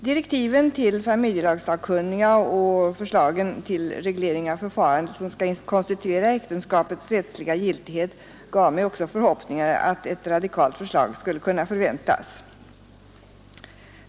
Direktiven till familjelagssakkunniga och dess förslag till reglering av förfarandet som skall konstituera äktenskapets rättsliga giltighet gav mig också förhoppningar om att ett radikalt förslag skulle kunna förväntas.